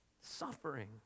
Suffering